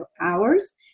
hours